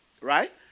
Right